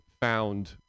found